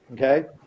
Okay